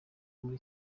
muri